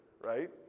Right